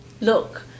look